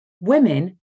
Women